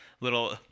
little